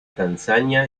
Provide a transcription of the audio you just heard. tanzania